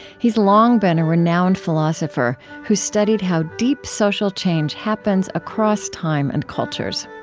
he's long been a renowned philosopher who studied how deep social change happens across time and cultures.